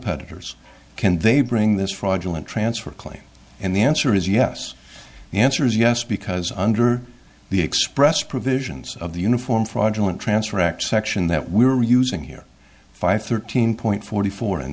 creditors can they bring this fraudulent transfer claim and the answer is yes the answer is yes because under the express provisions of the uniform fraudulent transfer act section that we were using here five thirteen point forty four in